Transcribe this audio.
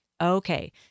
Okay